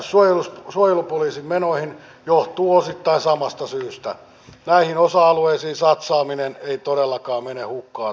nyt etuuksia joudutaan leikkaamaan valtiontalouden kuntoon panemiseksi mutta nyt kuntien valtionosuuksia ei todellakaan pitkästä aikaa leikata